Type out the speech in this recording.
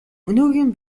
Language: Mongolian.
өнөөгийн